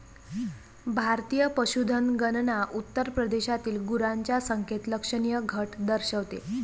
भारतीय पशुधन गणना उत्तर प्रदेशातील गुरांच्या संख्येत लक्षणीय घट दर्शवते